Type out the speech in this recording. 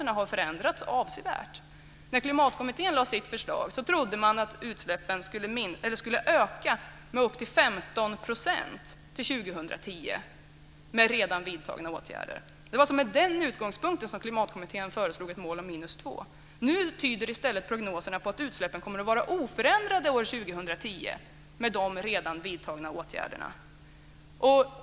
När Klimatkommittén lade sitt förslag trodde man att utsläppen skulle öka med upp till 15 % till 2010 med redan vidtagna åtgärder. Det var med denna utgångspunkt som Klimatkommittén föreslog ett mål på 2 %. Nu tyder i stället prognoserna på att utsläppen kommer att vara oförändrade år 2010 med de redan vidtagna åtgärderna.